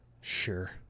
Sure